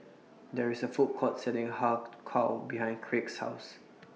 There IS A Food Court Selling Har Kow behind Kraig's House